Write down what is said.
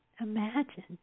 imagine